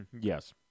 Yes